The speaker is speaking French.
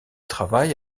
travaille